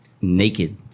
naked